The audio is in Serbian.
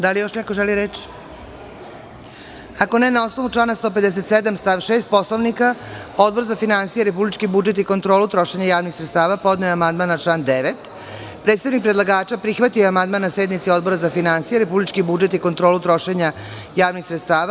Da li još neko želi reč? (Ne) Na osnovu člana 157. stav 6. Poslovnika Odbor za finansije, republički budžet i kontrolu trošenja javnih sredstava podneo je amandman na član 9. Predstavnik predlagača prihvatio je amandman na sednici Odbora za finansije, republički budžet i kontrolu trošenja javnih sredstava.